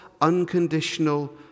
unconditional